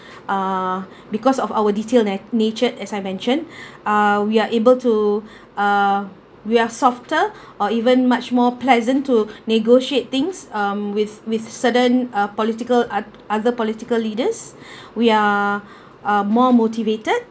uh because of our detailed na~ nature as I mentioned uh we're able to uh we are softer or even much more pleasant to negotiate things um with with certain uh political ot~ other political leaders we are uh more motivated